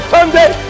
Sunday